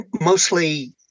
mostly